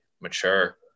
mature